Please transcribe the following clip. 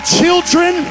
children